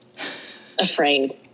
Afraid